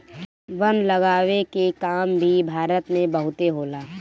वन लगावे के काम भी भारत में बहुते होला